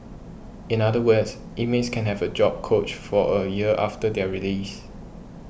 in other words inmates can have a job coach for a year after their release